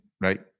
right